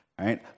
right